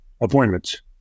appointments